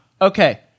Okay